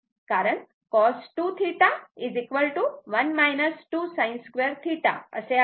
कारण cos 2θ 1 2 sin2θ असे आहे